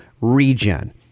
regen